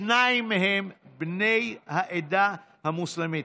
שניים מהם בני העדה המוסלמית.